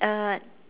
uh